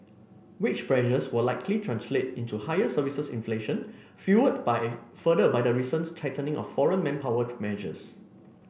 wage pressures will likely translate into higher services inflation fuelled by further by the recent tightening of foreign manpower measures